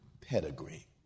pedigree